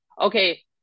okay